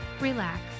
relax